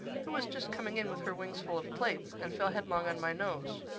who was just coming in with her wings full of plates, and fell headlong on my nose,